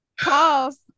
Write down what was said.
pause